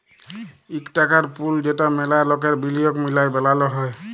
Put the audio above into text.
ইক টাকার পুল যেট ম্যালা লকের বিলিয়গ মিলায় বালাল হ্যয়